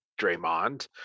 Draymond